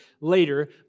later